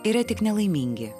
yra tik nelaimingi